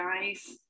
guys